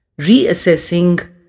reassessing